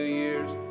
years